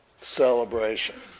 celebration